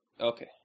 okay